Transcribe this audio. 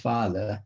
Father